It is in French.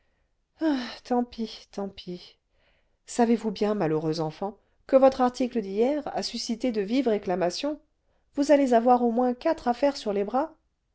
tant pis tant pis savez voushien malheureuse enfant que votre article d'hier a suscité de vives'réclamations vous allez avoir au moins quatre affaires sur les bras